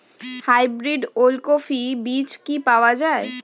Hybrid ওলকফি বীজ কি পাওয়া য়ায়?